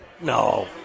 No